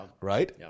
Right